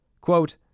Quote